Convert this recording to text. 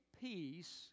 peace